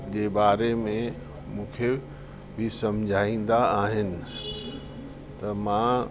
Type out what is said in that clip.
जे बारे में मूंखे बि सम्झाईंदा आहिनि त मां